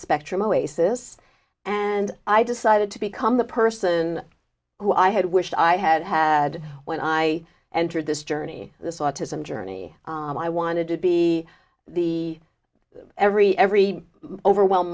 spectrum oasis and i decided to become the person who i had wished i had had when i entered this journey this autism journey i wanted to be the every every overwhelm